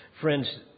Friends